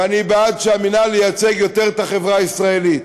ואני בעד שהמינהל ייצג יותר את החברה הישראלית.